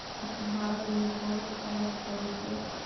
धान मे कोन खाद पड़तै?